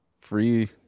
free